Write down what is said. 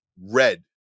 Red